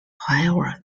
however